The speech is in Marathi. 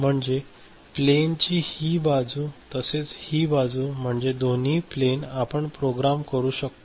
म्हणजे प्लेन ची ही बाजू तसेच ही बाजू हे म्हणजे दोन्ही प्लेन आपण प्रोग्राम करू शकतो